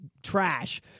Trash